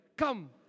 Come